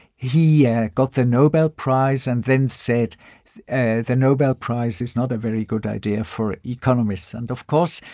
he yeah got the nobel prize and then said the nobel prize is not a very good idea for economists. and, of course,